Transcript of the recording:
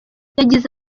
yagize